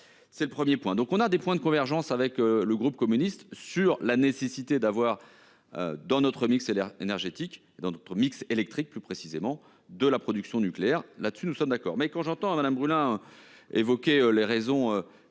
C'est le 1er point, donc on a des points de convergence avec le groupe communiste sur la nécessité d'avoir. Dans notre mix LR énergétique dans notre mix électrique plus précisément de la production nucléaire là-dessus. Nous sommes d'accord mais quand j'entends à brûle. Évoqué les raisons